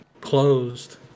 closed